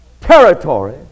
Territory